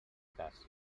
cas